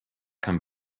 come